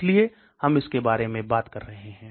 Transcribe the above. इसलिए हम इसके बारे में बात करने जा रहे है